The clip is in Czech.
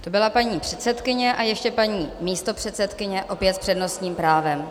To byla paní předsedkyně a ještě paní místopředsedkyně, obě s přednostním právem.